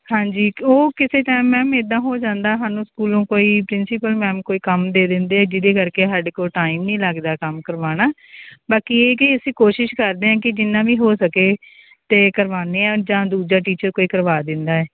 ਹਾਂਜੀ ਕ ਉਹ ਕਿਸੇ ਟੈਮ ਮੈਮ ਇੱਦਾਂ ਹੋ ਜਾਂਦਾ ਸਾਨੂੰ ਸਕੂਲੋਂ ਕੋਈ ਪ੍ਰਿੰਸੀਪਲ ਮੈਮ ਕੋਈ ਕੰਮ ਦੇ ਦਿੰਦੇ ਜਿਹਦੇ ਕਰਕੇ ਸਾਡੇ ਕੋਲ ਟਾਈਮ ਨਹੀਂ ਲੱਗਦਾ ਕੰਮ ਕਰਵਾਉਂਣ ਬਾਕੀ ਇਹ ਕਿ ਅਸੀਂ ਕੋਸ਼ਿਸ਼ ਕਰਦੇ ਹਾਂ ਕਿ ਜਿੰਨਾ ਵੀ ਹੋ ਸਕੇ ਅਤੇ ਕਰਵਾਉਂਦੇ ਹਾਂ ਜਾਂ ਦੂਜਾ ਟੀਚਰ ਕੋਈ ਕਰਵਾ ਦਿੰਦਾ ਹੈ